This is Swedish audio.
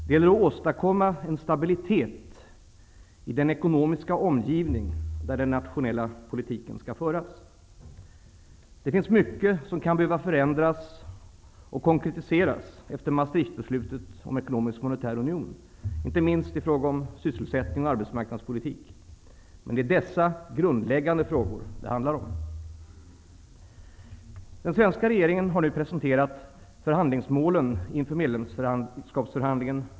Det gäller att åstadkomma en stabilitet i den ekonomiska omgivning där den nationella politiken skall föras. Det finns mycket som kan behöva förändras och konkretiseras efter Maastrichtbeslutet om en ekonomisk och monetär union, inte minst i fråga om sysselsättning och arbetsmarknadspolitik. Det är dessa grundläggande frågor det handlar om. Den svenska regeringen har i förra veckan presenterat förhandlingsmålen inför medlemskapsförhandlingen.